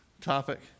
topic